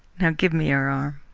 now give me your arm.